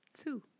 two